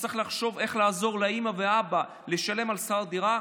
שצריך לחשוב איך לעזור לאימא ולאבא לשלם שכר דירה,